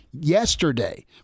yesterday